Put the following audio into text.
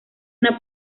una